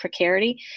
precarity